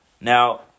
Now